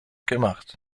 gemacht